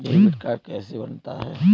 Debit card कैसे बनता है?